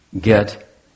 get